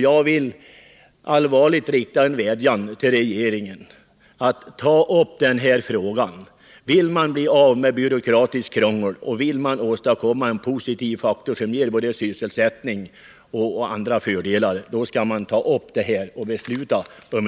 Jag vill allvarligt rikta en vädjan till regeringen att ta upp den här frågan. Vill man bli av med byråkratiskt krångel och åstadkomma någonting positivt som ger både sysselsättning och andra fördelar, bör man ta upp den här saken och besluta om